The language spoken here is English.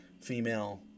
female